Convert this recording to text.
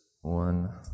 one